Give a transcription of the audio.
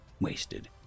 wasted